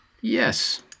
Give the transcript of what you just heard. Yes